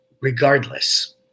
Regardless